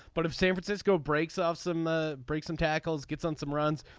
but if san francisco breaks off some ah break some tackles gets on some runs.